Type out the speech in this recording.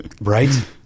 right